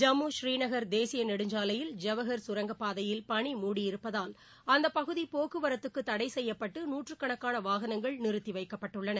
ஜம்மு ஸ்ரீநகர் தேசிய நெடுஞ்சாலையில் ஜவஹர் கரங்கப்பாதையில் பனி மூடியிருப்பதால் அந்தப் பகுதி போக்குவரத்துக்கு தடை செய்யப்பட்டு நூற்றுக்கணக்கான வாகனங்கள் நிறுத்தி வைக்கப்பட்டுள்ளன